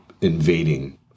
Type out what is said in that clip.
invading